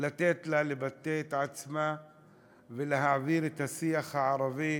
ייתן לה לבטא את עצמה ולהעביר את השיח הערבי,